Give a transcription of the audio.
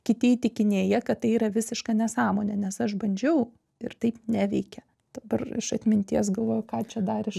kiti įtikinėja kad tai yra visiška nesąmonė nes aš bandžiau ir taip neveikia dabar iš atminties galvoju ką čia dar iš